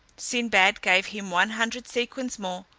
sinbad gave him one hundred sequins more,